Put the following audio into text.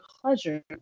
pleasure